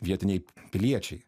vietiniai piliečiai